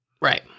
Right